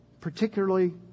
particularly